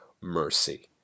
mercy